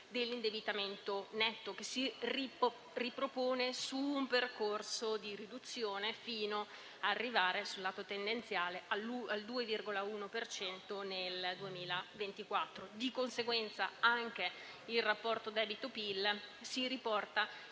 dell'indebitamento netto che si ripropone su un percorso di riduzione fino ad arrivare sul lato tendenziale al 2,1 per cento nel 2024. Di conseguenza anche il rapporto debito-PIL si riporta